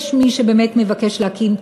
יש מי שבאמת מבקש להקים תאגיד,